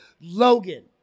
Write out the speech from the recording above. Logan